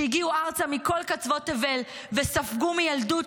שהגיעו ארצה מכל קצוות תבל וספגו מילדות